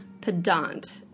pedant